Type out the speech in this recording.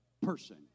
person